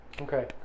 okay